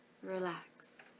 Relax